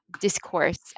discourse